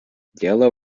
yellow